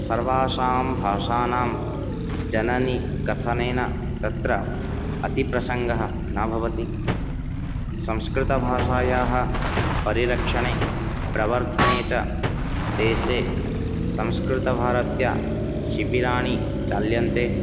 सर्वासां भाषाणां जननी कथनेन तत्र अतिप्रसङ्गः न भवति संस्कृतभाषायाः परिरक्षणे प्रवर्धने च देशे संस्कृतभारत्या शिबिराणि चाल्यन्ते